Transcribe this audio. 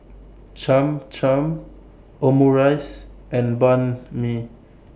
Cham Cham Omurice and Banh MI